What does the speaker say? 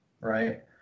right